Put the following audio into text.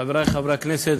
חברי חברי הכנסת,